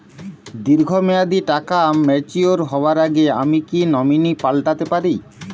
দীর্ঘ মেয়াদি টাকা ম্যাচিউর হবার আগে আমি কি নমিনি পাল্টা তে পারি?